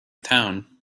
town